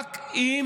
רק אם